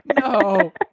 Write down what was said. no